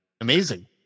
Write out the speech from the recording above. amazing